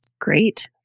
Great